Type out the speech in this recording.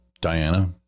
Diana